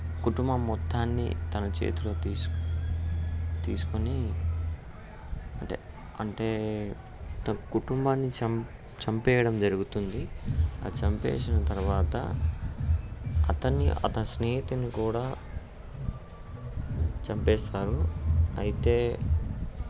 కుటుంబం మొత్తాన్ని తన చేతిలో తీ తీసుకుని అంటే అంటే తన్ కుటుంబాన్ని చం చంపేయడం జరుగుతుంది ఆ చంపేసిన తర్వాత అతని అతని స్నేహితుని కూడా చంపేస్తారు అయితే